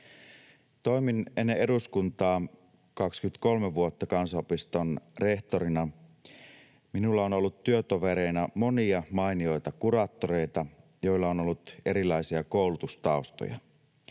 Toimin ennen eduskuntaa 23 vuotta kansanopiston rehtorina. Minulla on ollut työtovereina monia mainioita kuraattoreita, joilla on ollut erilaisia koulutustaustoja.